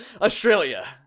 Australia